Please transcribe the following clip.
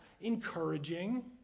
encouraging